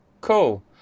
Cool